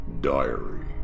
Diary